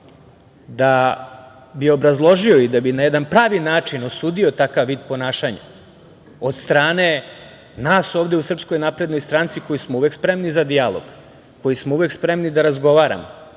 bi obrazložio i da bi na jedan pravi način osudio takav vid ponašanja od strane nas ovde u SNS koji smo uvek spremni za dijalog, koji smo uvek spremni da razgovaramo,